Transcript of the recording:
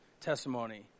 testimony